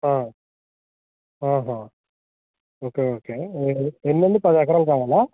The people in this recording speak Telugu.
హా ఆహా ఓకే ఓకే ఎన్నండి పది ఎకరాలు కావాలా